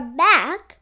back